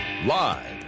Live